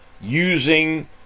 using